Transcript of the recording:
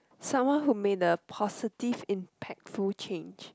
someone who made a positive impactful change